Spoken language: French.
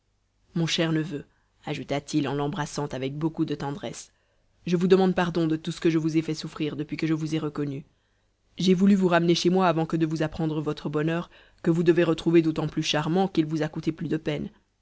mon cher neveu ajouta-t-il en l'embrassant avec beaucoup de tendresse je vous demande pardon de tout ce que je vous ai fait souffrir depuis que je vous ai reconnu j'ai voulu vous ramener chez moi avant que de vous apprendre votre bonheur que vous devez retrouver d'autant plus charmant qu'il vous a coûté plus de peines